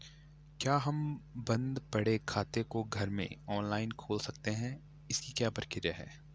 क्या हम बन्द पड़े खाते को घर में ऑनलाइन खोल सकते हैं इसकी क्या प्रक्रिया है?